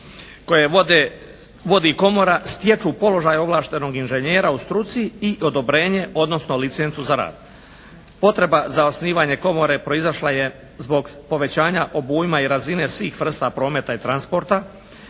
koje vodi komora stječu položaj ovlaštenog inženjera u struci i odobrenje odnosno licencu za rad. Potreba za osnivanje komore proizašla je zbog povećanja obujma i razine svih vrsta prometa i transporta,